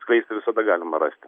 skleisti visada galima rasti